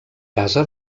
casa